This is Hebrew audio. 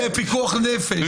פיקוח נפש.